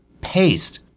paste